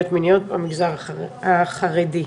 הנושא הוא טיפול המשטרה בנושא פגיעות מיניות במגזר החרדי.